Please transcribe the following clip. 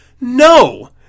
No